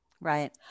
Right